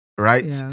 Right